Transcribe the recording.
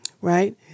right